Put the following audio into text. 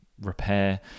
repair